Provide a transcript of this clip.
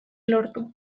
lortu